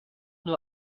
nur